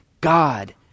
God